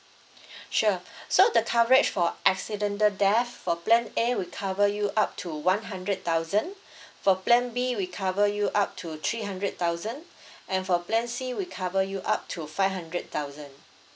sure so the coverage for accidental death for plan A we cover you up to one hundred thousand for plan B we cover you up to three hundred thousand and for plan C we cover you up to five hundred thousand